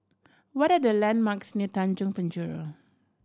what are the landmarks near Tanjong Penjuru